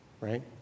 right